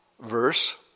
verse